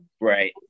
Right